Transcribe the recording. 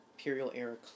Imperial-era